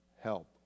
help